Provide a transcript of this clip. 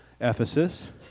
Ephesus